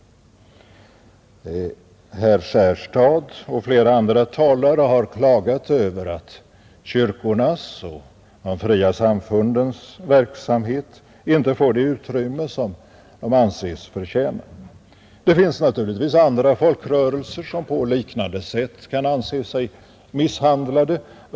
Herr Johansson i Skärstad och flera andra talare har klagat över att kyrkornas och de fria samfundens verksamhet inte får det utrymme som de anses förtjäna. Det finns naturligtvis andra folkrörelser som på liknande sätt kan anse sig misshandlade.